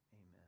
amen